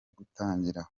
gutangira